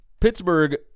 Pittsburgh